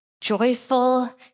joyful